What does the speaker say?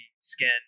skin